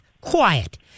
Quiet